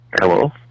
Hello